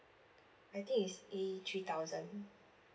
I think is E three thousand